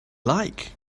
like